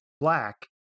black